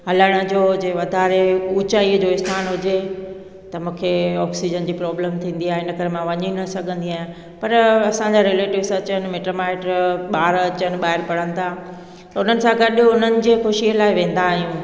हलण जो हुजे वाधारे ऊचाईअ जो स्थान हुजे त मूंखे ऑक्सीजन जी प्रॉब्लम थींदी आहे हिन करे मां वञी न सघंदी आहियां पर असांजा रिलेटीव्स अचनि मिट माइट ॿार अचनि ॿाहिरि पढ़नि था त हुननि सां गॾु हुननि जे ख़ुशीअ लाइ वेंदा आहियूं